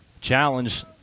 Challenge